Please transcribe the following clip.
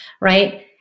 Right